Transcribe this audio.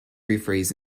rephrase